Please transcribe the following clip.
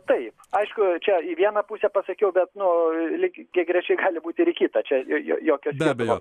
taip aišku čia į vieną pusę pasakiau bet nu lygiagrečiai gali būti ir į kitą čia jo jokio skirtumo